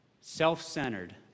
self-centered